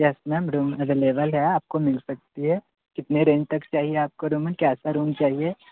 yes ma'am room available है आप को मिल सकता हैं कितने रेंज तक चाहिए आप को रूम कैसा रूम चाहिए